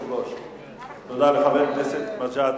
תודה לחבר הכנסת מג'אדלה.